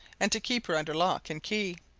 and to keep her under lock and key,